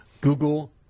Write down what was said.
Google